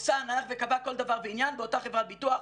וקבע כל דבר ועניין באותה חברת ביטוח.